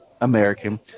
American